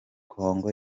congo